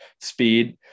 speed